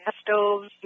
stoves